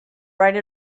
write